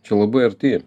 čia labai arti